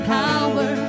power